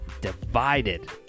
divided